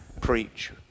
preach